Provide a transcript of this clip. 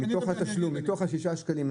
מתוך התשלום של שישה שקלים.